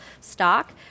stock